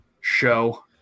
show